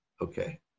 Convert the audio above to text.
Okay